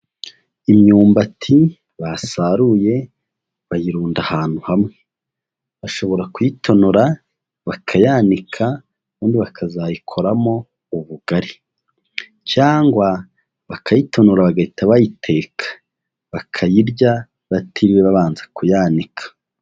Imyumbati basaruye bayirunda ahantu hamwe, bashobora kuyitonora, bakayanika ubundi bakazayikoramo ubugari, cyangwa bakayitonora bagahita bayiteka bakayirya batiriwe babanza kuyanika.